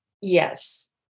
Yes